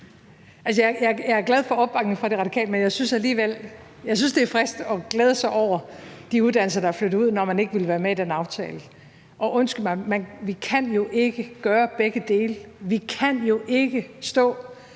jeg er glad for opbakningen fra Radikale, men jeg synes alligevel, det er frisk at glæde sig over de uddannelser, der er flyttet ud, når man ikke ville være med i den aftale, og undskyld mig, men vi kan jo ikke gøre begge dele. Vi kan jo ikke stå